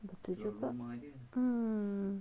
mm